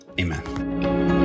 Amen